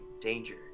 danger